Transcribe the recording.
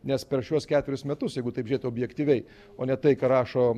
nes per šiuos ketverius metus jeigu taip žiūrėti objektyviai o ne tai ką rašo